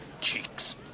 cheeks